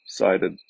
cited